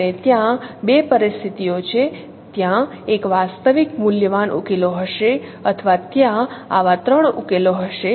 અને ત્યાં બે પરિસ્થિતિઓ છે ત્યાં એક વાસ્તવિક મૂલ્યવાન ઉકેલો હશે અથવા ત્યાં આવા ત્રણ ઉકેલો હશે